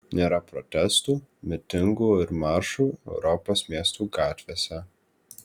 nėra protestų mitingų ir maršų europos miestų gatvėse